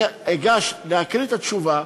אני אגש להקריא את התשובה,